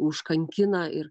užkankina ir